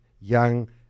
young